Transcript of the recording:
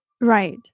Right